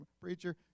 preacher